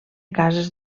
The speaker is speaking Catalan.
cases